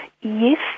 Yes